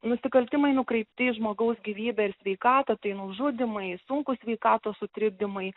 nusikaltimai nukreipti į žmogaus gyvybę ir sveikatą tai nužudymai sunkūs sveikatos sutrikdymai